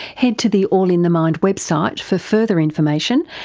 head to the all in the mind website for further information,